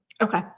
Okay